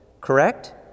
Correct